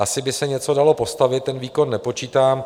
Asi by se něco dalo postavit, ten výkon nepočítám.